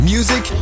Music